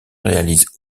réalisent